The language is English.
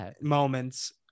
moments